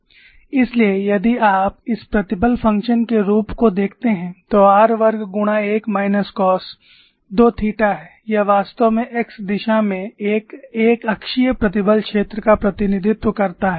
इसलिए यदि आप इस प्रतिबल फ़ंक्शन के रूप को देखते हैं तो r वर्ग गुणा 1 माइनस कॉस 2 थीटा है यह वास्तव में x दिशा में एक एक अक्षीय प्रतिबल क्षेत्र का प्रतिनिधित्व करता है